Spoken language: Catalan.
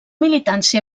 militància